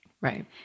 right